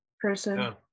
person